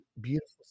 beautiful